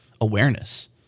awareness